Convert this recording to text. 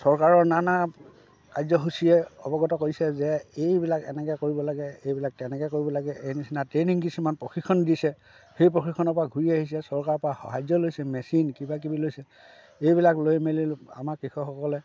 চৰকাৰৰ নানা কাৰ্যসূচীয়ে অৱগত কৰিছে যে এইবিলাক এনেকৈ কৰিব লাগে এইবিলাক তেনেকৈ কৰিব লাগে এই নিচিনা ট্ৰেইনিং কিছুমান প্ৰশিক্ষণ দিছে সেই প্ৰশিক্ষণৰ পৰা ঘূৰি আহিছে চৰকাৰৰ পৰা সাহাৰ্য লৈছে মেচিন কিবাকিবি লৈছে এইবিলাক লৈ মেলি আমাৰ কৃষকসকলে